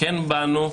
כן באנו,